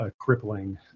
crippling